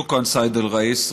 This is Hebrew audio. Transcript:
שוכרן, סייד א-ראיס.